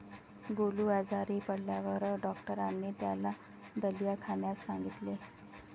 गोलू आजारी पडल्यावर डॉक्टरांनी त्याला दलिया खाण्यास सांगितले